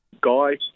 guy